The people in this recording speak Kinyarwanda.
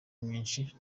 nyinshi